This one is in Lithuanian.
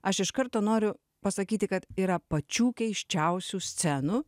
aš iš karto noriu pasakyti kad yra pačių keisčiausių scenų